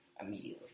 immediately